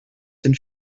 den